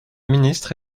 ministre